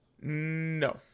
No